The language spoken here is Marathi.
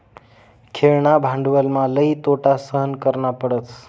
खेळणा भांडवलमा लई तोटा सहन करना पडस